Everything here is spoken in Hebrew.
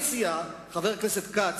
חבר הכנסת כץ,